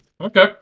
Okay